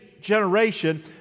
generation